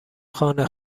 خانه